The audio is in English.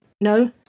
No